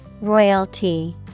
Royalty